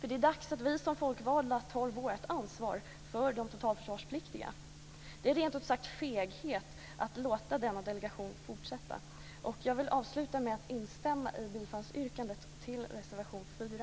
Det är dags att vi som folkvalda tar vårt ansvar för de totalförsvarspliktiga. Det är rent ut sagt feghet att låta denna delegering fortsätta. Jag vill avsluta med att instämma i yrkandet om bifall till reservation 4.